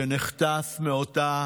שנחטף מאותה